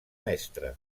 mestre